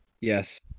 yes